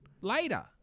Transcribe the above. later